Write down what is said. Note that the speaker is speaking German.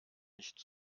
nicht